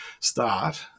start